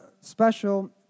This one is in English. special